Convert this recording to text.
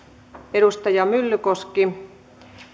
edustaja myllykoski